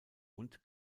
und